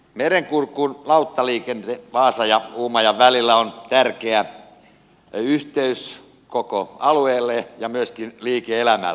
merenkurkun lauttaliikenne vaasan ja uumajan välillä on tärkeä yhteys koko alueelle ja myöskin liike elämälle